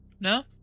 No